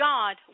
God